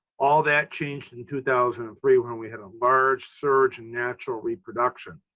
all that changed in two thousand and three, when we had a large surge and natural reproduction,